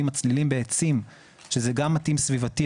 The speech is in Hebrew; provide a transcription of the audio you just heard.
מצלילים בעצים שזה גם מתאים סביבתית,